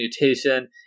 Mutation